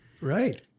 Right